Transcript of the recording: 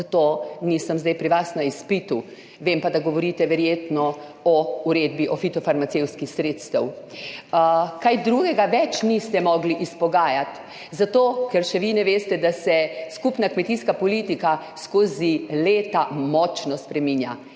zato nisem zdaj pri vas na izpitu. Vem pa, da govorite verjetno o Uredbi o fitofarmacevtskih sredstvih; kaj drugega več niste mogli izpogajati, zato ker še vi ne veste, da se skupna kmetijska politika skozi leta močno spreminja